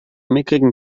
mickrigen